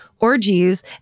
orgies